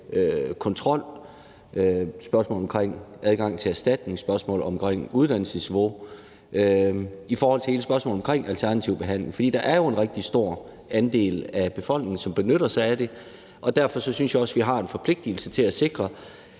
kontrol, spørgsmålet omkring adgang til erstatning og spørgsmålet omkring uddannelsesniveau i forhold til hele spørgsmålet omkring alternativ behandling. For der er jo en rigtig stor andel af befolkningen, som benytter sig af det, og derfor synes jeg også, at vi har en forpligtigelse til at sikre,